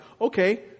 Okay